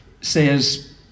says